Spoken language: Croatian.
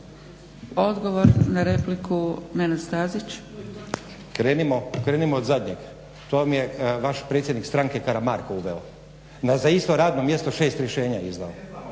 Stazić. **Stazić, Nenad (SDP)** Krenimo od zadnjeg. To vam je vaš predsjednik stranke Karamarko uveo da je za isto radno mjesto šest rješenja izdao.